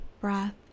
breath